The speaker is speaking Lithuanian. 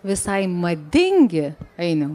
visai madingi ainiau